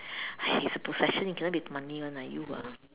if it's a possession it cannot be money one lah you ah